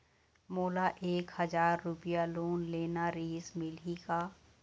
मोला एक हजार रुपया लोन लेना रीहिस, मिलही का?